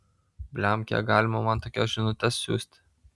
blem kiek galima man tokias žinutes siųsti